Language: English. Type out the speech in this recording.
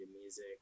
music